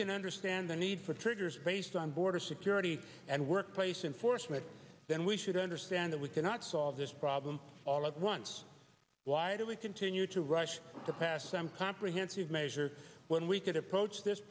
can understand the need for triggers based on border security and workplace enforcement then we should understand that we cannot solve this problem all at once why do we continue to rush to pass them comprehensive measure when we could approach this